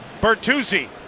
Bertuzzi